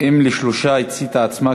אם לשלושה הציתה עצמה,